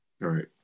Right